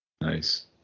Nice